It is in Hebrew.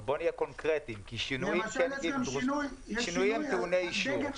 אבל בואו נהיה קונקרטיים כי שינויים הם טעוני אישור.